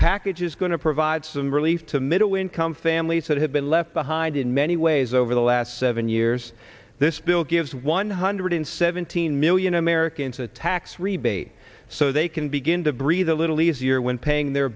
package is going to provide some relief to middle income families that have been left behind in many ways over the last seven years this bill gives one hundred seventeen million americans a tax rebate so they can begin to breathe a little easier when paying their